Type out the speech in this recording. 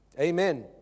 Amen